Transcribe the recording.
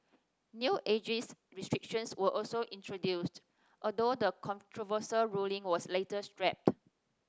new ageist restrictions were also introduced although the controversial ruling was later scrapped